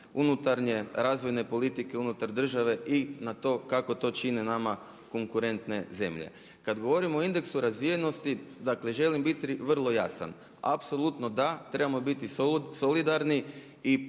unutarnje razvojne politike unutar države i na to kako to čine nama konkurentne zemlje. Kad govorimo o indeksu razvijenosti, dakle želim biti vrlo jasan. Apsolutno da, trebamo biti solidarni i pomognuti